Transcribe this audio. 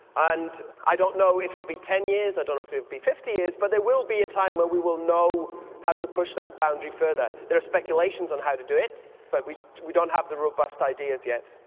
and i don't know if it will be ten years, i don't know if it will be fifty years, but there will be a time where we will know how to push that boundary further. there are speculations on how to do it but we we don't have the robust ideas yet.